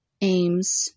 aims